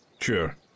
Sure